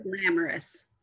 glamorous